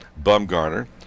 Bumgarner